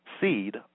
seed